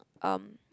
um